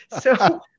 So-